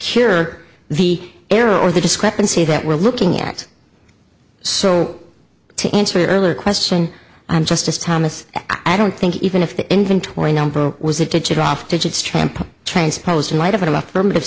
cure the error or the discrepancy that we're looking at so to answer your earlier question i'm just as thomas i don't think even if the inventory number was a digit off digits tramp transposed in light of affirmative